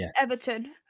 Everton